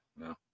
no